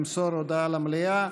למסור הודעה למליאה,